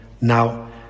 now